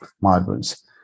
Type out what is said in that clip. marbles